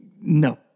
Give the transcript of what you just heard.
No